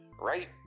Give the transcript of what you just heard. Right